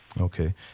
okay